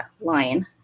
line